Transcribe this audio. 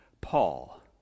Paul